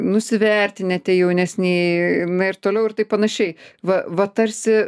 nusivertinę tie jaunesni na ir toliau ir taip panašiai va va tarsi